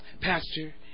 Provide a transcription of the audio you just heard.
Pastor